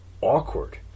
awkward